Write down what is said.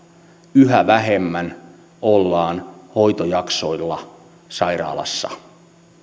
yhä vähemmän ollaan hoitojaksoilla sairaalassa